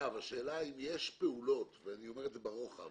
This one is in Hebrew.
השאלה אם יש פעולות, ברוחב